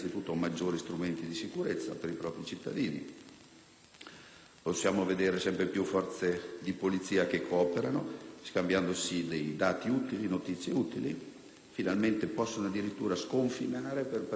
Possiamo vedere sempre più forze di polizia che cooperano scambiandosi dati e notizie utili. Finalmente possono addirittura sconfinare per prevenire reati sul territorio di uno Stato